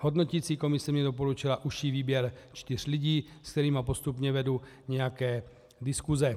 Hodnoticí komise mně doporučila užší výběr čtyř lidí, se kterými postupně vedu nějaké diskuse.